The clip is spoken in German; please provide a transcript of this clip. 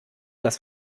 das